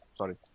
sorry